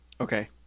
Okay